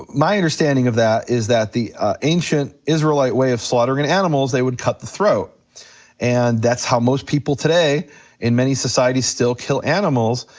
my understanding of that is that the ancient israelite way of slaughtering and animals, they would cut the throat and that's how most people today in many societies still kill animals.